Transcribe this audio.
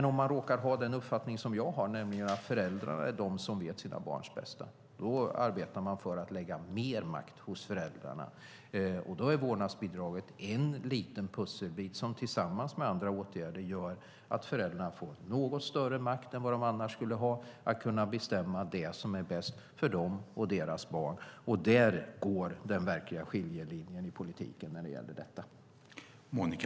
Om man råkar vara av den uppfattning jag är, nämligen att föräldrarna är de som vet sina barns bästa, arbetar man i stället för att lägga mer makt hos föräldrarna. Då är vårdnadsbidraget en liten pusselbit som tillsammans med andra åtgärder gör att föräldrarna får något större makt än de annars skulle ha att bestämma det som är bäst för dem och deras barn. Där går den verkliga skiljelinjen i politiken när det gäller detta.